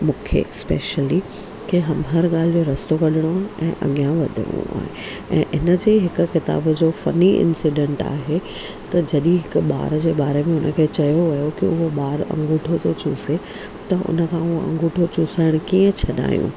मूंखे स्पैशली के हम हर ॻाल्हि जो रस्तो कढिणो आहे ऐं अॻियां वधिणो आहे ऐं हिनजे हिकु किताबु जो फनी इंसीडेंट आहे त जॾहिं हिकु ॿारु जे बारे में हुनखे चयो वियो के हूअ ॿारु अंगूठो थो चूसे त उनखां उहा अंगुठो चूसण कीअं छ्ॾायो